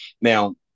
Now